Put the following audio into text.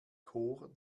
chor